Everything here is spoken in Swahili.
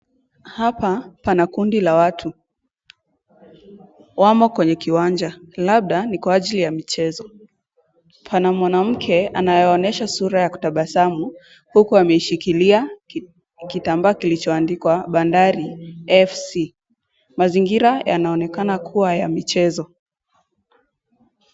Hapa pana kundi la watu wamo kwenye kiwanja labda ni kwa ajili ya michezo, pana mwanamke anaye onyesha sura ya tabasamu huku ameshikilia kitambaa kilicho andikwa Bandari FC. Mazingira yanaonekana kuwa ya michezo.